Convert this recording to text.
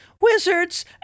wizards